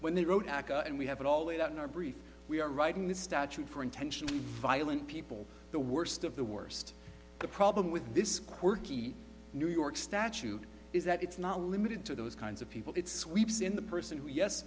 when they wrote aca and we have it all laid out in our brief we are writing this statute for intentionally violent people the worst of the worst the problem with this quirky new york statute is that it's not limited to those kinds of people it sweeps in the person who yes